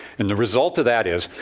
and the result of that is,